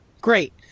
Great